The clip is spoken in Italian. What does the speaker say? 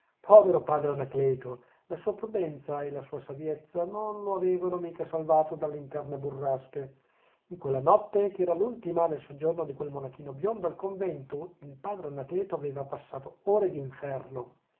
povero padre anacleto la sua prudenza e la sua saviezza non lo avevano mica salvato dalle interne burrasche in quella notte che era l'ultima del soggiorno di quel monachino biondo al convento il padre anacleto aveva passato ore d'inferno